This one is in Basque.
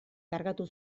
kargatu